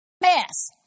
Mess